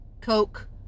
coke